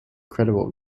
credible